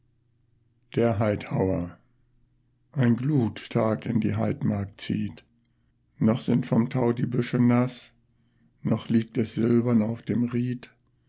der heidhauer ein gluttag in die heidmark zieht noch sind vom tau die büsche naß noch liegt es silbern auf dem ried